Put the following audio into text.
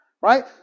right